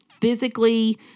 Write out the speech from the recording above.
physically